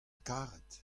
karet